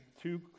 two